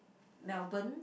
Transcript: Melbourne